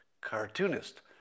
Cartoonist